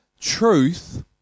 Truth